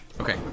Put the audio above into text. Okay